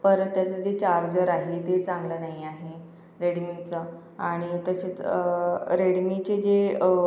परत त्याचं जे चार्जर आहे ते चांगलं नाही आहे रेडमीचं आणि त्याचे रेडमीचं जे